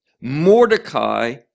Mordecai